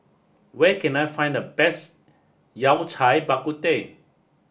where can I find the best Yao Cai Bak Kut Teh